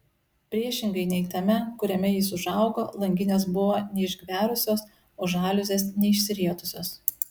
priešingai nei tame kuriame jis užaugo langinės buvo neišgverusios o žaliuzės neišsirietusios